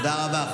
תודה רבה.